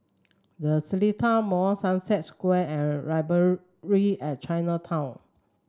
The Seletar Mall Sunset Square and Library at Chinatown